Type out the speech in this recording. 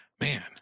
Man